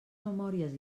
memòries